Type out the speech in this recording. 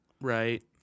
Right